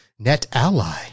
NetAlly